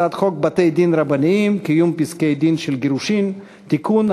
הצעת חוק בתי-דין רבניים (קיום פסקי-דין של גירושין) (תיקון,